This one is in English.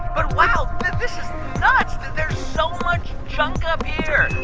but, wow, but this is nuts. there's so much junk up here